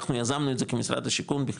אנחנו יזמנו את זה כמשרד השיכון בכלל,